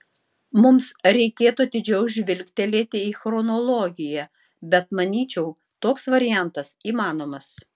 mums reikėtų atidžiau žvilgtelėti į chronologiją bet manyčiau toks variantas įmanomas